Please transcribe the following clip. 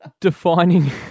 defining